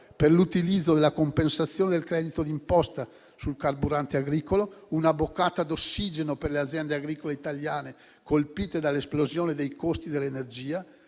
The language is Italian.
per l'utilizzo della compensazione del credito d'imposta sul carburante agricolo: una boccata d'ossigeno per le aziende agricole italiane, colpite dall'esplosione dei costi dell'energia;